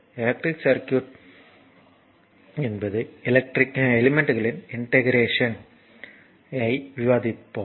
electric circuit என்பது எலிமெண்ட்களின் interconnection ஐ விவாதித்தோம்